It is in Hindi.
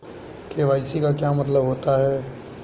के.वाई.सी का क्या मतलब होता है?